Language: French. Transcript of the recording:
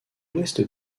ouest